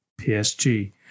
PSG